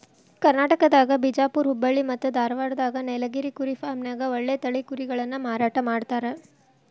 ಕರ್ನಾಟಕದಾಗ ಬಿಜಾಪುರ್ ಹುಬ್ಬಳ್ಳಿ ಮತ್ತ್ ಧಾರಾವಾಡದಾಗ ನೇಲಗಿರಿ ಕುರಿ ಫಾರ್ಮ್ನ್ಯಾಗ ಒಳ್ಳೆ ತಳಿ ಕುರಿಗಳನ್ನ ಮಾರಾಟ ಮಾಡ್ತಾರ